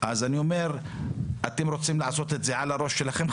אז אני אומר אתם רוצים לעשות את זה על הראש שלכם?